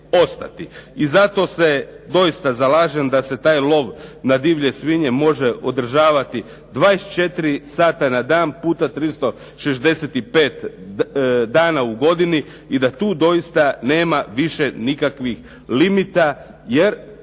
I zato se doista zalažem da se taj lov na divlje svinje može održavati 24 sata na dan puta 365 dana u godini i da tu doista nema više nikakvih limita, jer